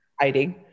hiding